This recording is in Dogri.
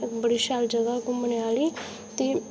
बड़ी शैल जगहा घुम्मने आह्ली ते